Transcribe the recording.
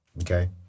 okay